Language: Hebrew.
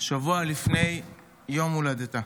שבוע לפני יום הולדתה.